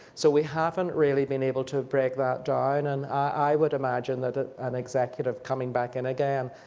so we haven't really been able to break that down, and i would imagine that an executive coming back in again,